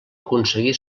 aconseguí